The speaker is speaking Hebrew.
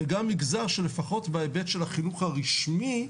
וגם נגזר שלפחות בהיבט של החינוך הרשמי,